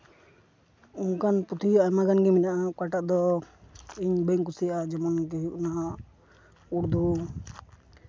ᱚᱱᱠᱟᱱ ᱯᱩᱛᱷᱤ ᱟᱭᱢᱟ ᱜᱟᱱ ᱜᱮ ᱢᱮᱱᱟᱜᱼᱟ ᱚᱠᱟᱴᱟᱜ ᱫᱚ ᱤᱧ ᱵᱟᱹᱧ ᱠᱩᱥᱤᱭᱟᱜᱼᱟ ᱡᱮᱢᱚᱱ ᱜᱮ ᱚᱱᱟ ᱦᱟᱸᱜ ᱩᱨᱫᱩ